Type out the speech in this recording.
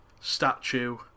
statue